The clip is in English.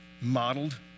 modeled